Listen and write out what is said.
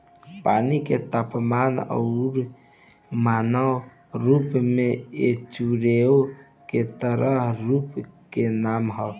पानी के तापमान अउरी मानक रूप में एचटूओ के तरल रूप के नाम ह